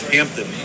Hampton